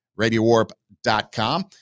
radiowarp.com